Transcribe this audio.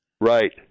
Right